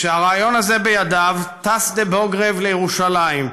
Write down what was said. כשהריאיון הזה בידו, טס דה-בורשגרייב לירושלים,